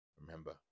Remember